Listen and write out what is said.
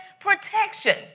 protection